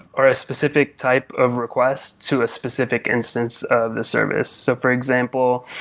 or a specific type of requests to a specific instance of the service. so for example,